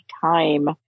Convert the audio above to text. time